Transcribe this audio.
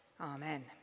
Amen